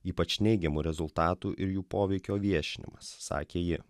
ypač neigiamų rezultatų ir jų poveikio viešinimas sakė ji